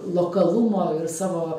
lokalumo ir savo